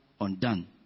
undone